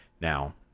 Now